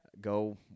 go